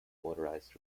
motorized